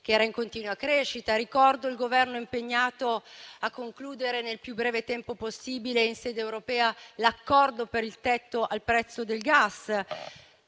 in continua crescita. Ricordo il Governo impegnato a concludere nel più breve tempo possibile in sede europea l'accordo per il tetto al prezzo del gas.